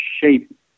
shape